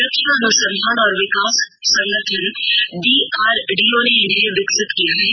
रक्षा अनुसंधान और विकास संगठन डीआरडीओ ने इन्हें विकसित किया है